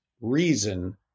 reason